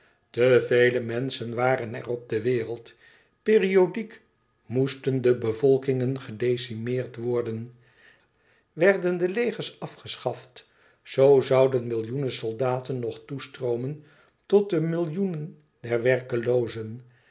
te vele menschen waren er op de wereld periodiek moesten de bevolkingen gedecimeerd worden werden de legers afgeschaft zoo zouden millioenen soldaten nog toestroomen tot de millioenen der werkeloozen